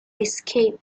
escape